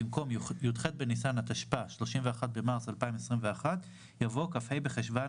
במקום "י"ח בניסן התשפ"א (31 במרס 2021) יבוא "י"ג בחשוון